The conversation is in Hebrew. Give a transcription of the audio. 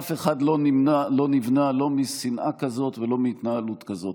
אף אחד לא נבנה, לא משנאה כזאת ולא מהתנהלות כזאת.